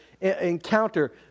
encounter